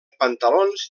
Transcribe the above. pantalons